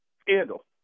Scandal